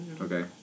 Okay